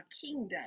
kingdom